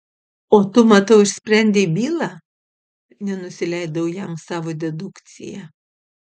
o tu matau išsprendei bylą nenusileidau jam savo dedukcija